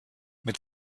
mit